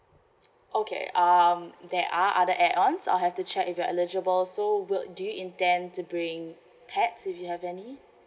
okay um there are other add-ons I'll have to check if you're eligible so would do you intend to bring pets if you have any